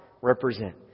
represent